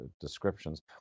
descriptions